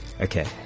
Okay